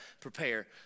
prepare